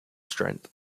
strength